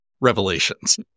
revelations